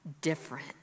different